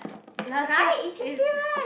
last time is